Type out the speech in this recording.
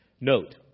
Note